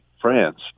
France